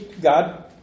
God